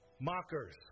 Mockers